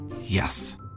Yes